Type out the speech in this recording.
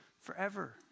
forever